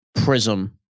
prism